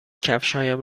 کفشهایم